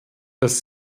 dass